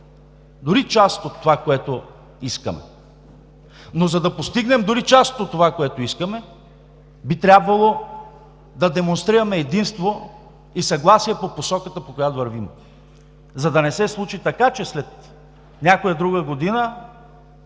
дори част от това, което искаме. Но, за да постигнем дори част от това, което искаме, би трябвало да демонстрираме единство и съгласие по посоката, по която вървим, за да не се случи така, че след някоя друга година